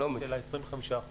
של ה-25%.